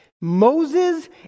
Moses